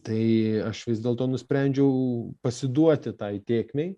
tai aš vis dėlto nusprendžiau pasiduoti tai tėkmei